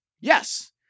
Yes